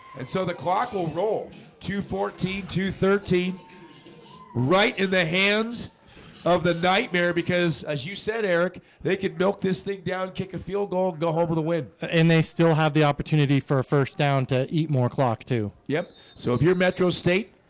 and so the clock will roll to fourteen to thirteen right in the hands of the nightmare because as you said eric they could milk this thing down kick a field goal go home with a win and they still have the opportunity for a first down to eat more clock to yep. so if you're metro state